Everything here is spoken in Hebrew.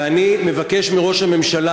ואני מבקש מראש הממשלה,